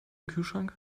kühlschrank